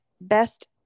best